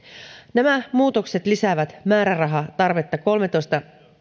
nämä muutokset lisäävät määrärahatarvetta kolmetoista